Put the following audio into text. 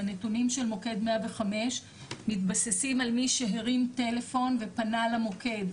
הנתונים של מוקד 105 מתבססים על מי שהרים טלפון ופנה למוקד,